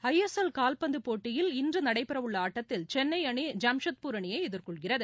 ஐ S L காவ்பந்து போட்டியில் இன்று நடைபெறவுள்ள ஆட்டத்தில் சென்னை அணி ஜாம்ஷெட்பூர் அணியை எதிர்கொள்கிறது